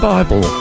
Bible